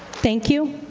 thank you.